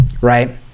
right